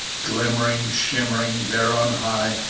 glimmering, shimmering, there on high,